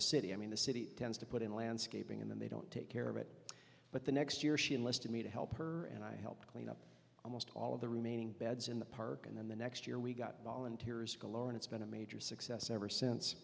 the city i mean the city tends to put in landscaping and then they don't take care of it but the next year she enlisted me to help her and i helped clean up almost all of the remaining beds in the park and then the next year we got volunteers and it's been a major success ever since